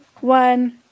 one